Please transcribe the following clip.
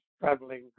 traveling